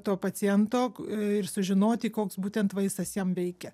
to paciento ir sužinoti koks būtent vaistas jam veikia